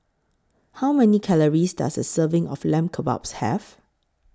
How Many Calories Does A Serving of Lamb Kebabs Have